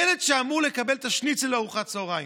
ילד שאמור לקבל את השניצל לארוחת צהריים,